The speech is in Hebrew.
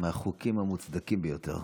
מהחוקים המוצדקים ביותר.